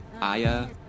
Aya